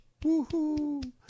woohoo